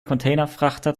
containerfrachter